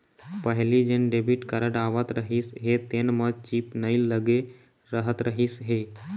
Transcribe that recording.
पहिली जेन debit card आवत रहिस हे तेन म चिप नइ लगे रहत रहिस हे